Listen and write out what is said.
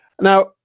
Now